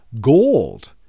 gold